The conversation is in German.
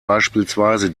beispielsweise